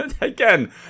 Again